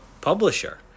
publisher